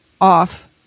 off